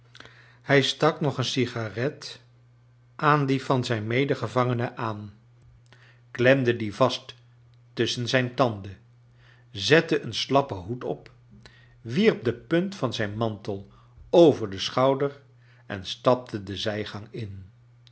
hij stak nog een sigaret aan die van zijn medegevangene aan klemde die vast tusschen zijn tanden zette een slappen hoed op wierp de punt van zijn mantel over den schouder en stapte de zijgang in